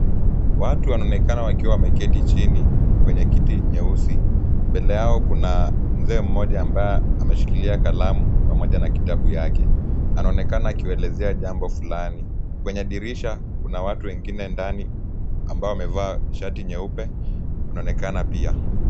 Watu wanaonekana wakiwa wameketi chini kwenye kiti nyeusi. Mbele yao kuna mzee mmoja ambaye ameshikilia kalamu pamoja na kitabu yake. Anaonekana akiwaelezea jambo fulani. Kwenye dirisha kuna watu wengine ndani ambao wamevaa shati nyeupe, wanaonekana pia.